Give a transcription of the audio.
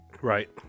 Right